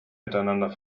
miteinander